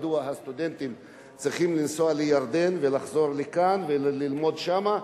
מדוע הסטודנטים צריכים לנסוע לירדן ולחזור לכאן וללמוד שם,